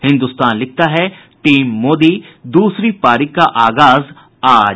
हिन्दुस्तान लिखता है टीम मोदी दूसरी पारी का आगाज आज